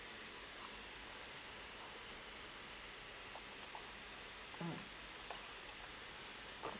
mm